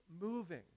moving